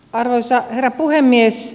arvoisa herra puhemies